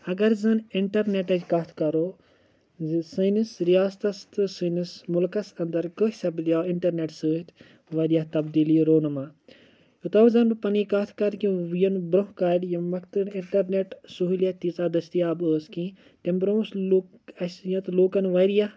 اگر زن انٹرنٮ۪ٹٕچ کَتھ کَرو زِ سٲنِس رِیاستَس تہٕ سٲنِس مُلکس انٛدر کٲنٛسہِ سَپدیو اِنٹرنٮ۪ٹ سۭتۍ واریاہ تبدیٖلی رونما یوٚتام حظ وَنہٕ بہٕ پَننٕۍ کَتھ کَرٕ کہِ ییٚلہِ برٛۄنٛہہ کالہِ ییٚمہِ وقتہٕ نہٕ اِنٹرنٮ۪ٹ سہوٗلیت تیٖژہ دٔستِیاب ٲس کیٚنٛہہ تَمہِ برٛۄنٛہہ اوس لُکھ اَسہٕ ییٚتہِ لوٗکَن واریاہ